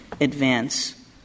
advance